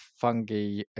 fungi